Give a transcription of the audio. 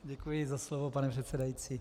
Děkuji za slovo, pane předsedající.